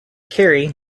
carey